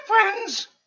friends